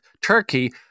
Turkey